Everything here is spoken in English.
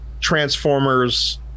Transformers